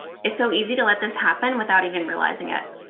it's so easy to let this happen without even realising it.